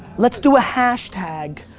let's do a hashtag,